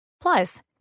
Plus